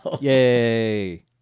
Yay